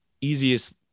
easiest